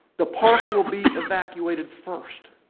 the park will be evacuated first.